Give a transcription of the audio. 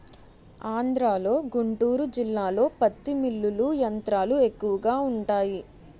ఆంధ్రలో గుంటూరు జిల్లాలో పత్తి మిల్లులు యంత్రాలు ఎక్కువగా వుంటాయి